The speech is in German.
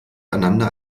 einander